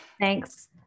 Thanks